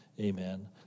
Amen